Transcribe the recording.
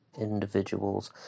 individuals